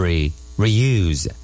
Reuse